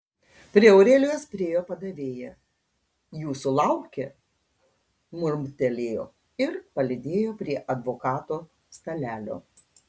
prie aurelijos priėjo padavėja jūsų laukia murmtelėjo ir palydėjo prie advokato stalelio